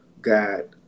God